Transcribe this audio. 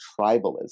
tribalism